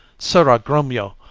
sirrah grumio,